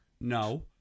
no